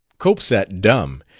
cope sat dumb.